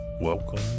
Welcome